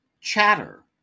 Chatter